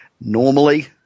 Normally